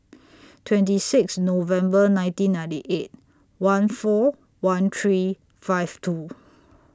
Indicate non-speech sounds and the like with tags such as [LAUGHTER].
[NOISE] twenty six November nineteen ninety eight one four one three five two